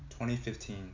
2015